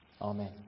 Amen